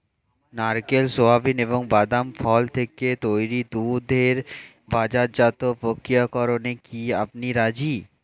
নারকেল, সোয়াবিন এবং বাদাম ফল থেকে তৈরি দুধের বাজারজাত প্রক্রিয়াকরণে কি আপনি রাজি?